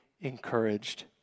encouraged